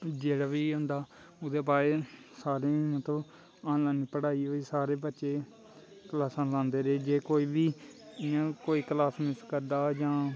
जेह्ड़ा बी होंदा ओह्दे बाद च साढ़ी मतलब आनलाइन पढ़ाई होई सारे बच्चे क्लासां लांदे रेह् जे कोई बी इ'यां कोई क्लास मिस्स करदा जां